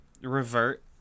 revert